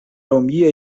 romia